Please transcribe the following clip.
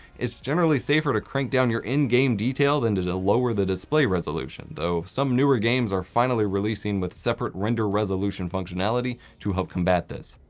it's generally safer to crank down your in-game detail than to to lower the display resolution though some newer games are finally releasing with separate render resolution functionality to help combat this.